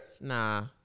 Nah